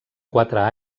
quatre